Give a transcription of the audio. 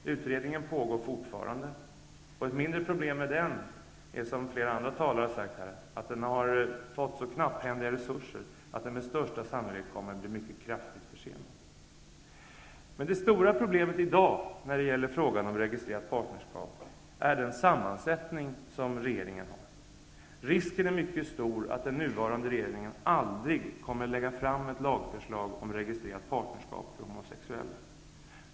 Utredningen pågår fortfarande. Ett mindre problem med den är, som flera andra talare har påpekat, att den har fått så knapphändiga resurser att den med största sannolikhet kommer att bli mycket kraftigt försenad. Det stora problemet i dag när det gäller frågan om registrerat partnerskap är den sammansättning regeringen har. Risken är mycket stor att den nuvarande regeringen aldrig kommmer att lägga fram ett lagförslag om registrerat partnerskap för homosexuella.